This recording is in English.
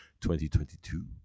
2022